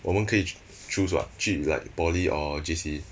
我们可以 ch~ choose what like 去 poly or J_C